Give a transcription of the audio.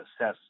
assess